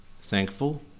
thankful